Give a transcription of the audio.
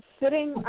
sitting